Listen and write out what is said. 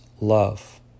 love